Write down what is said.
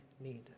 need